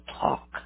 talk